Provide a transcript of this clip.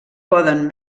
poden